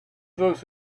those